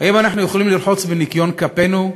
האם אנחנו יכולים לרחוץ בניקיון כפינו,